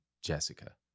Jessica